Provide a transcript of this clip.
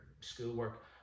schoolwork